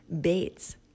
Bates